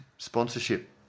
sponsorship